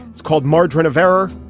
it's called margin of error.